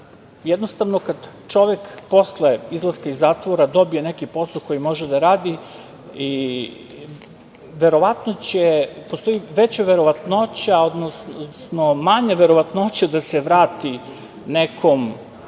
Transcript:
Jednostavno, kada čovek posle izlaska iz zatvora dobije neki posao koji može da radi, postoji veća verovatnoća, odnosno manja verovatnoća da se vrati nekom, pod